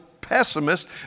pessimist